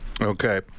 Okay